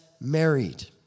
married